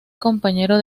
compañero